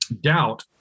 doubt